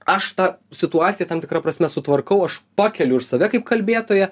aš tą situaciją tam tikra prasme sutvarkau aš pakeliu už save kaip kalbėtoją